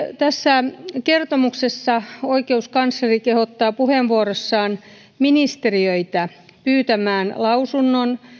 tässä kertomuksessa oikeuskansleri kehottaa puheenvuorossaan ministeriöitä pyytämään lausunnon